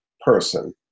person